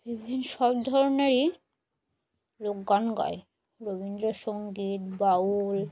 বিভিন সব ধরনেরই লোক গান গায় রবীন্দ্রসঙ্গীত বাউল